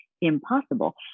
impossible